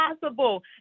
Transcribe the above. possible